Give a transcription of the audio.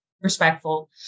respectful